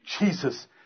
Jesus